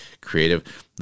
creative